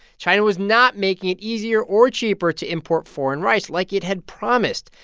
china was not making it easier or cheaper to import foreign rice, like it had promised.